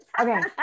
okay